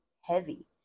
heavy